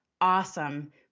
awesome